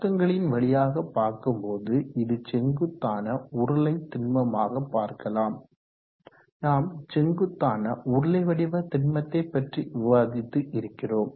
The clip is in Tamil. பக்கங்களின் வழியாகப் பார்க்கும் போது இதை செங்குத்தான உருளை திண்மமாக பார்க்கலாம் நாம் செங்குத்தான உருளை வடிவ திண்மத்தை பற்றி விவாதித்து இருக்கிறோம்